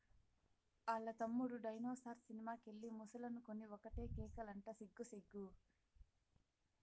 ఆల్ల తమ్ముడు dinosaur cinema కెళ్ళి ముసలనుకొని ఒకటే కేకలంట సిగ్గు సిగ్గు